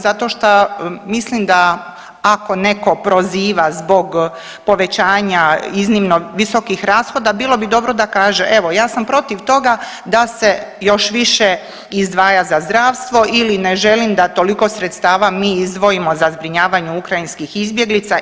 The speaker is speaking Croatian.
Zato što mislim da ako netko proziva zbog povećanja iznimno visokih rashoda bilo bi dobro da kaže evo ja sam protiv toga da se još više izdvaja za zdravstvo ili ne želim da toliko sredstava mi izdvojimo za zbrinjavanje ukrajinskih izbjeglica.